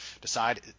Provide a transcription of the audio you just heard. decide